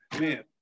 man